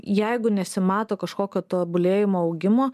jeigu nesimato kažkokio tobulėjimo augimo